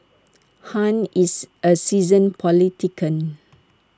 han is A seasoned politician